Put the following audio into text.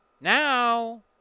Now